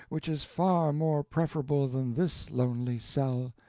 which is far more preferable than this lonely cell.